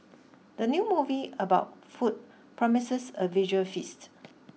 the new movie about food promises a visual feast